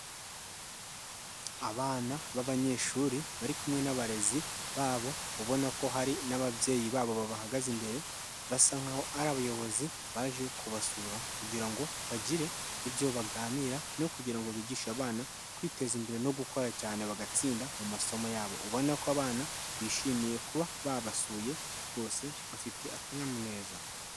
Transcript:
Abana b'abanyeshuri bari kumwe n'abarezi babo, ubona ko hari n'ababyeyi babo babahagaze imbere basa nk’aho ari abayobozi baje kubasura kugira ngo bagire ibyo baganira no kugira ngo bigishe abana kwiteza imbere no gukora cyane bagatsinda mu masomo yabo, ubona ko abana bishimiye kuba babasuye, rwose bafite akanyamuneza.